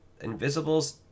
Invisibles